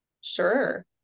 Sure